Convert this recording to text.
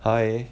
I